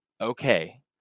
okay